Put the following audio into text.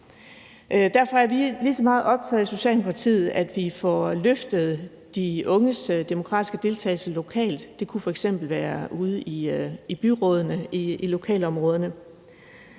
lige så meget optaget af, at vi får løftet de unges demokratiske deltagelse lokalt. Det kunne f.eks. være ude i byrådene i lokalområderne.